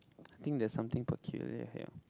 I think there's something peculiar here